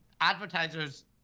advertisers